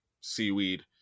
seaweed